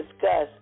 discuss